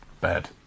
Bad